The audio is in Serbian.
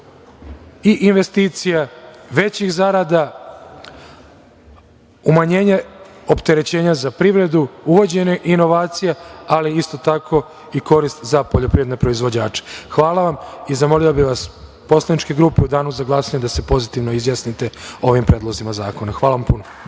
i investicija, većih zarada, umanjenja opterećenja za privredu, uvođenje inovacija, ali isto tako i korist za poljoprivredne proizvođače. Hvala. Zamolio bih poslaničke grupe da se u danu za glasanje pozitivno izjasnite o ovim predlozima zakona. Hvala puno.